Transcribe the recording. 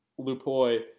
Lupoi